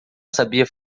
sabia